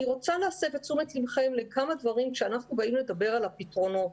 אני רוצה להסב את תשומת לבכם לכמה דברים כשאנחנו באים לדבר על הפתרונות.